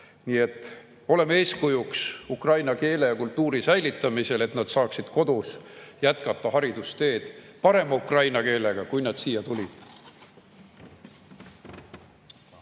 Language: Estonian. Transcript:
Nii et oleme eeskujuks ukraina keele ja kultuuri säilitamisel, et nad saaksid kodus jätkata haridusteed parema ukraina keelega, kui nad siia tulid.